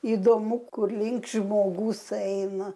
įdomu kur link žmogus eina